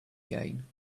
gain